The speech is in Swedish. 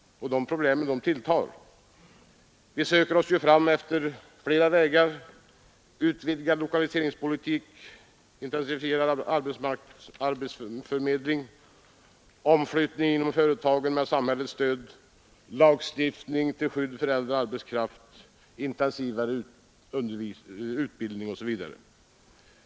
Och problemet tilltar. Vi söker oss fram på flera vägar: utvidgad lokaliseringspolitik, intensifierad arbetsförmedling, omflyttning inom företagen med samhällets stöd, lagstiftning till skydd för äldre arbetskraft, intensiv utbildning osv.